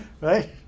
Right